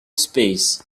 space